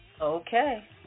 Okay